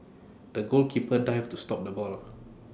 the goalkeeper dived to stop the ball